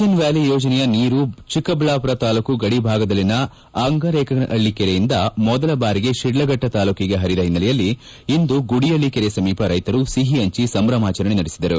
N valley ಯೋಜನೆಯ ನೀರು ಚಿಕ್ಕಬಳ್ಳಾಪುರ ತಾಲೂಕು ಗಡಿಭಾಗದಲ್ಲಿನ ಅಂಗರೇಖನಹಳ್ಳಿ ಕೆರೆಯಿಂದ ಮೊದಲ ಬಾರಿಗೆ ಶಿಡ್ಲಫಟ್ಟ ತಾಲೂಕಿಗೆ ಪರಿದ ಹಿನ್ನೆಲೆಯಲ್ಲಿ ಇಂದು ಗುಡಿಪಳ್ಳಿ ಕೆರೆ ಸಮೀಪ ರೈತರು ಸಿಹಿಪಂಚಿ ಸಂಭ್ರಮಾಚರಣೆ ನಡೆಸಿದರು